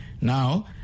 Now